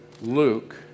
Luke